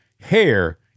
hair